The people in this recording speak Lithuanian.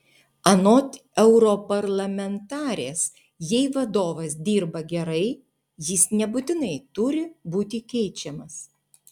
anot europarlamentarės jei vadovas dirba gerai jis nebūtinai turi būti keičiamas